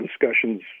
discussions